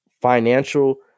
financial